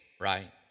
right